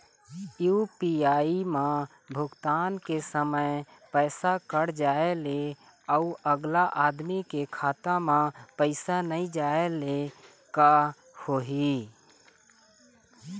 UPI म भुगतान के समय पैसा कट जाय ले, अउ अगला आदमी के खाता म पैसा नई जाय ले का होही?